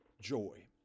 Joy